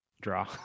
Draw